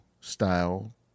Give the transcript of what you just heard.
style